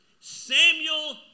Samuel